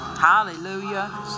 hallelujah